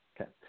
Okay